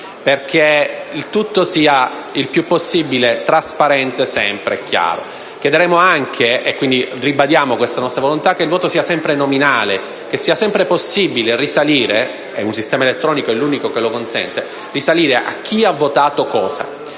perché il tutto sia il più possibile trasparente, sempre, e chiaro. Chiederemo anche (quindi ribadiamo questa nostra volontà) che il voto sia sempre nominale, che sia sempre possibile risalire - e un sistema elettronico è l'unico che lo consente - a «chi ha votato cosa»,